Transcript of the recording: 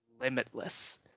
limitless